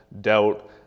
doubt